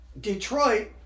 Detroit